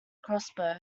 crossbow